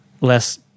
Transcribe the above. less